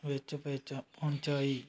ਵਿੱਚ ਪਚਾ ਪਹੁੰਚਾਈ